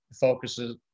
focuses